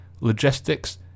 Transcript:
logistics